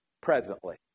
presently